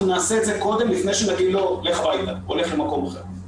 אנחנו נעשה את זה קודם לפני שנגיד לו לך הביתה או לך למקום אחר.